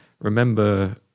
remember